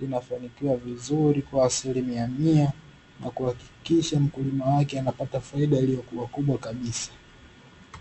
linafanikiwa vizuri kwa asilimia mia na kuhakikisha mkulima wake anapata faida iliyokua kubwa kabisa.